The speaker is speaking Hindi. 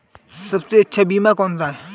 सबसे अच्छा बीमा कौनसा है?